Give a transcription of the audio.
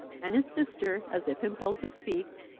and his sister, as if impelled to speak,